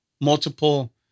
multiple